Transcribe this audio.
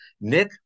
Nick